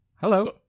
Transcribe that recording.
Hello